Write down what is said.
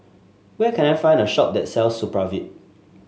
where can I find a shop that sells Supravit